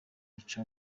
baca